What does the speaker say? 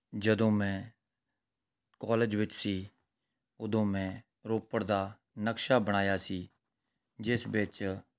ਜਦੋਂ ਮੈਂ ਕੋਲਜ ਵਿੱਚ ਸੀ ਉਦੋਂ ਮੈਂ ਰੋਪੜ ਦਾ ਨਕਸ਼ਾ ਬਣਾਇਆ ਸੀ ਜਿਸ ਵਿੱਚ